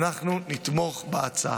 אנחנו נתמוך בהצעה.